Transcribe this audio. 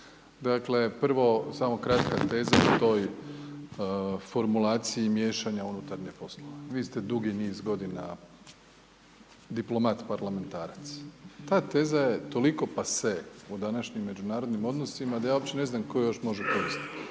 dakle, prvo, samo kratka teza o formulaciji miješanja u unutarnje poslove. Vi ste dugi niz godina diplomat parlamentarac. Ta teza je toliko pase u današnjim međunarodnim odnosima, da ja uopće ne znam tko je još može koristiti.